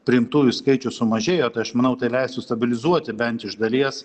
priimtųjų skaičius sumažėjo tai aš manau tai leistų stabilizuoti bent iš dalies